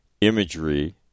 imagery